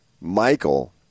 Michael